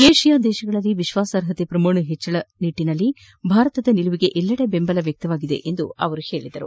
Asia ರಾಷ್ಟ್ಗಳಲ್ಲಿ ವಿಶ್ವಾಸಾರ್ಹತೆ ಪ್ರಮಾಣ ಹೆಚ್ಚಿಸುವ ನಿಟ್ಟಿನಲ್ಲಿ ಭಾರತದ ನಿಲುವಿಗೆ ಎಲ್ಲೆಡೆ ಬೆಂಬಲ ವ್ಯಕ್ತವಾಗಿದೆ ಎಂದು ಅವರು ತಿಳಿಸಿದರು